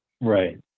Right